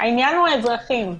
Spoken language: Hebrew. העניין הוא האזרחים.